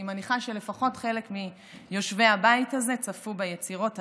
אני מניחה שלפחות חלק מיושבי הבית הזה צפו ביצירות האלה,